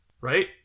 right